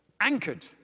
anchored